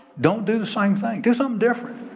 don't do the same thing. do something different.